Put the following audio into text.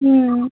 হুম